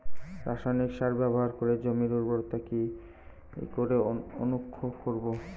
রাসায়নিক সার ব্যবহার করে জমির উর্বরতা কি করে অক্ষুণ্ন রাখবো